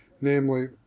namely